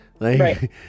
Right